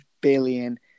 billion